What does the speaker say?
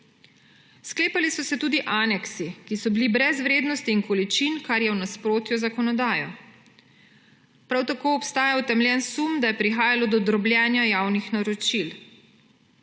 Sklepali so se tudi aneksi, ki so bili brez vrednosti in količin, kar je v nasprotju z zakonodajo. Prav tako obstaja utemeljen sum, da je prihajalo do drobljenja javnih naročil.